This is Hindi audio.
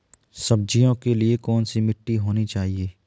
सब्जियों के लिए कैसी मिट्टी होनी चाहिए?